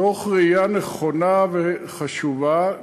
מתוך ראייה נכונה וחשובה,